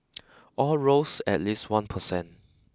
all rose at least one percent